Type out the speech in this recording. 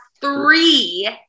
three